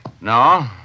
No